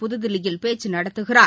புதுதில்லியில் பேச்சு நடத்துகிறார்